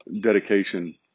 dedication